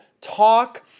talk